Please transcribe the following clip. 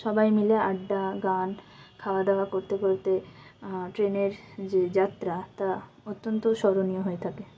সবাই মিলে আড্ডা গান খাওয়া দাওয়া করতে করতে ট্রেনের যে যাত্রা তা অত্যন্ত স্মরণীয় হয়ে থাকে